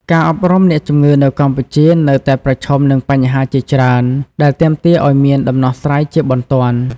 ការអប់រំអ្នកជំងឺនៅកម្ពុជានៅតែប្រឈមនឹងបញ្ហាជាច្រើនដែលទាមទារឱ្យមានដំណោះស្រាយជាបន្ទាន់។